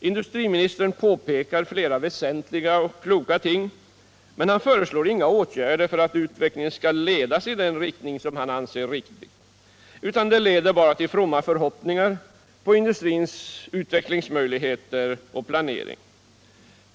Industriministern påpekar flera väsentliga och kloka ting, men han föreslår inga åtgärder för att utvecklingen skall ledas i den riktning han anser riktig, utan hans resonemang leder bara till fromma förhoppningar vad gäller industrins utvecklingsmöjligheter och planering.